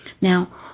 Now